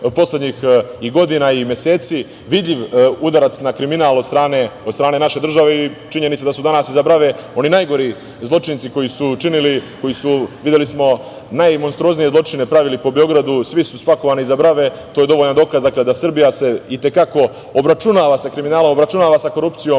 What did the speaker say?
godina i meseci, vidljiv udarac na kriminal od strane naše države i, činjenica da su danas iza brave oni najgori zločinci koji su činili, videli smo, najmonstruoznije zločine, pravili po Beogradu. Svi su spakovani iza brave, to je dovoljan dokaz da se Srbija i te kako obračunava sa kriminalom, i te kako se obračunava sa korupcijom.